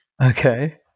Okay